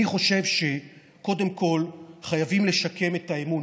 אני חושב שקודם כול חייבים לשקם את האמון,